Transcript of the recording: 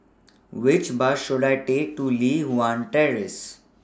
Which Bus should I Take to Li Hwan Terrace